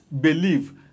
believe